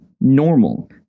normal